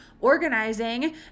organizing